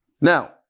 Now